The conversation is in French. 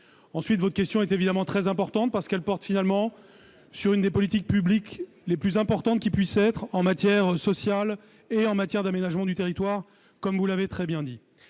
fermeté. Votre question est très importante, parce qu'elle porte sur l'une des politiques publiques les plus importantes qui puissent être en matière sociale et en matière d'aménagement du territoire, comme vous l'avez très bien dit.